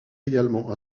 également